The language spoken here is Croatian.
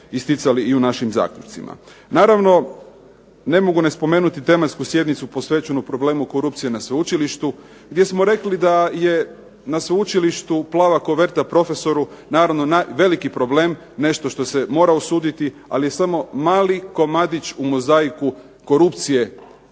isticali i u našim zaključcima. Naravno, ne mogu ne spomenuti tematsku sjednicu posvećenu problemu korupcije na sveučilištu gdje smo rekli da je na sveučilištu "plava koverta" profesoru naravno veliki problem, nešto što se mora osuditi, ali je samo mali komadić u mozaiku korupcije